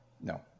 No